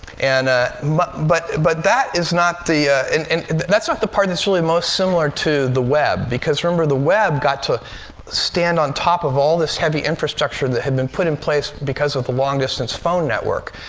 and ah but but that is not the and and that's not the part that's really most similar to the web. because, remember, the web got to stand on top of all this heavy infrastructure that had been put in place because of the long-distance phone network.